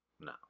no